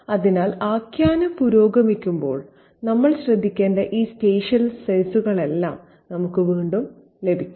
അതിനാൽ ആഖ്യാനം പുരോഗമിക്കുമ്പോൾ നമ്മൾ ശ്രദ്ധിക്കേണ്ട ഈ സ്പേഷ്യൽ സെസുകളെല്ലാം നമുക്ക് വീണ്ടും ലഭിക്കും